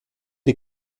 die